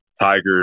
tiger